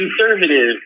conservative